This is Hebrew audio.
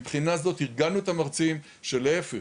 מהבחינה הזו הרגלנו את המרצים שלהיפך,